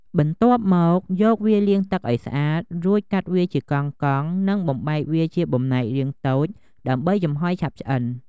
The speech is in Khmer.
បន្ទាប់មកយកវាលាងទឹកឲ្យស្អាត រួចកាត់វាជាកង់ៗ និងបំបែកវាជាបំណែករាងតូច ដើម្បីចំហុយឆាប់ឆ្អិន។